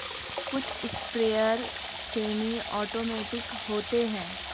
कुछ sprayer semi automatic होते हैं